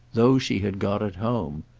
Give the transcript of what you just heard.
those she had got at home.